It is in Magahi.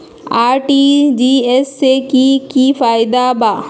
आर.टी.जी.एस से की की फायदा बा?